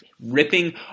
ripping